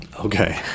okay